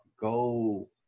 go